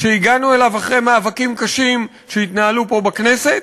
שהגענו אליו אחרי מאבקים קשים שהתנהלו פה בכנסת?